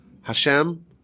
Hashem